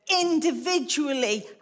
individually